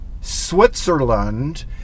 Switzerland